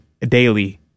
daily